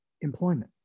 employment